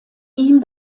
ihm